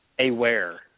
aware